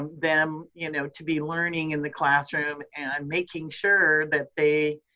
um them you know to be learning in the classroom and, making sure that they,